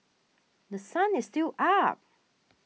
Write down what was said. The Sun is still up